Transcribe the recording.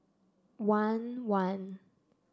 one one